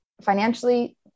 financially